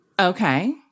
Okay